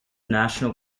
national